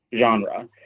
Genre